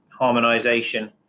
harmonisation